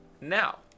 Now